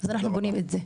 ככה אנחנו בונים את זה.